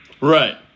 Right